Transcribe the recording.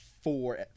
four